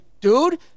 dude